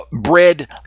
bread